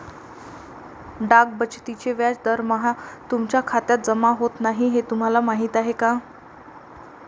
डाक बचतीचे व्याज दरमहा तुमच्या खात्यात जमा होत नाही हे तुम्हाला माहीत आहे का?